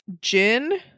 gin